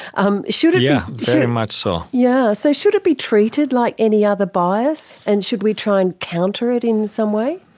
um yeah very much so. yeah so should it be treated like any other bias and should we try and counter it in some way?